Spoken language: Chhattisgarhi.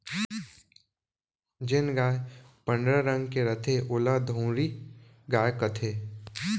जेन गाय पंडरा रंग के रथे ओला धंवरी गाय कथें